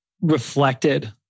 reflected